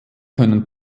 können